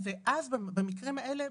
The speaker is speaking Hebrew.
במקרים האלה,